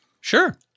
Sure